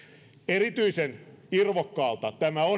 erityisen irvokkaalta tämä